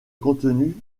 contenu